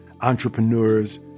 entrepreneurs